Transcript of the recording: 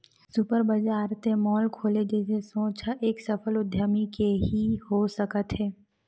super बजार ते mall खोले जइसे सोच ह एक सफल उद्यमी के ही हो सकत हे